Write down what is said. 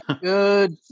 good